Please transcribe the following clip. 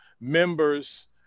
members